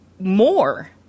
More